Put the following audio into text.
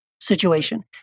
situation